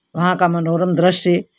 वहाँ का मनोरम दृश्य